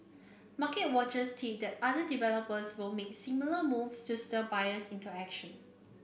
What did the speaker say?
market watchers tip that other developers will make similar moves to stir buyers into action